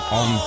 on